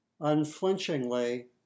unflinchingly